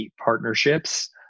partnerships